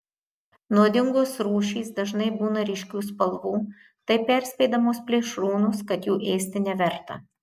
nuodingos rūšys dažnai būna ryškių spalvų taip perspėdamos plėšrūnus kad jų ėsti neverta